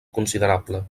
considerable